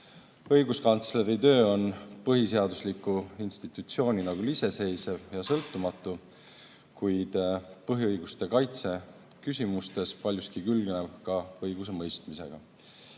leidmisel. Õiguskantsleri töö on põhiseadusliku institutsioonina küll iseseisev ja sõltumatu, kuid põhiõiguste kaitse küsimustes paljuski külgnev ka õigusemõistmisega.